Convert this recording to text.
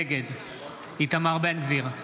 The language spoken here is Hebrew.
נגד איתמר בן גביר,